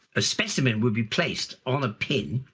a specimen would be placed on a pin